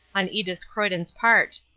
on edith croyden's part.